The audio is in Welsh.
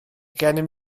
gennym